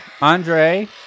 Andre